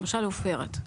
למשל עופרת,